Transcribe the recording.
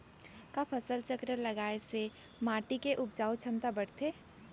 का फसल चक्र लगाय से माटी के उपजाऊ क्षमता बढ़थे?